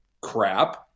crap